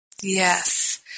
Yes